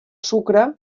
sucre